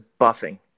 buffing